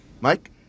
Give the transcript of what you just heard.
Mike